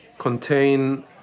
contain